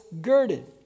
girded